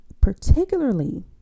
particularly